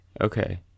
Okay